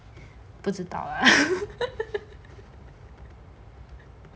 不知道啦